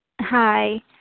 Hi